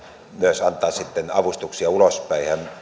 myös antaa sitten avustuksia ulospäin ja hän